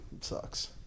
sucks